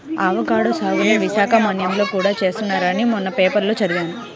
avocado సాగుని విశాఖ మన్యంలో కూడా చేస్తున్నారని మొన్న పేపర్లో చదివాను